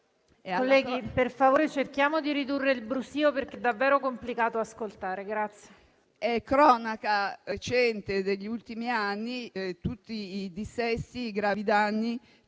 Colleghi, per favore, cerchiamo di ridurre il brusio, perché è davvero complicato ascoltare. Grazie.